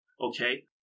Okay